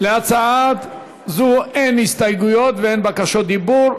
להצעה זו אין הסתייגויות ואין בקשות דיבור.